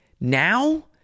Now